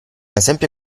esempio